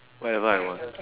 whatever I want